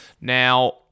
Now